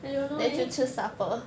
I don't know leh